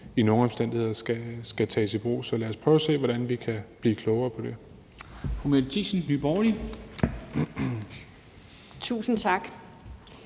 nogle omstændigheder skal tages i brug. Så lad os prøve at se, hvordan vi kan blive klogere på det.